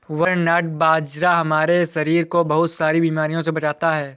barnyard बाजरा हमारे शरीर को बहुत सारी बीमारियों से बचाता है